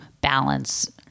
balance